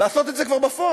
לעשות את זה כבר בפועל,